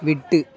விட்டு